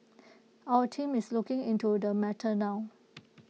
our team is looking into the matter now